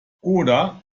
oder